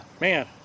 man